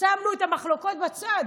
שמנו את המחלוקות בצד,